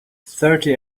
thirty